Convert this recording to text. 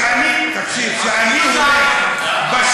תקשיב, כשאני הולך, אפילו זהבה לא.